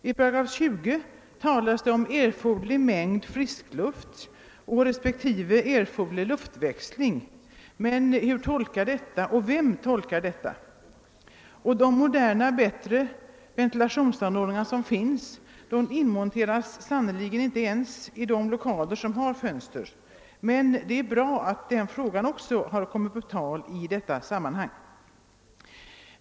I 8 20 talas om erforderlig mängd frisk luft respektive erforderlig luftväxling, men hur tolkas detta och vem tolkar detta? De moderna bättre ventilationsanordningar som finns inmonteras sannerligen inte ens i de lokaler som har fönster. Men det är bra att också den frågan har kommit på tal i detta sammanhang.